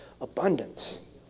abundance